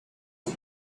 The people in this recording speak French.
ans